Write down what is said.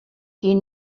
die